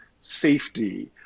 safety